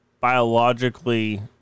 biologically